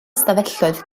ystafelloedd